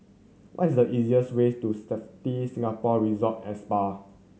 what is the easiest way to Sofitel Singapore Resort and Spa